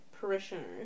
parishioners